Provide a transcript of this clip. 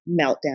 meltdown